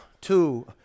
two